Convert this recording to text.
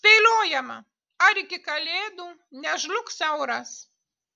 spėliojama ar iki kalėdų nežlugs euras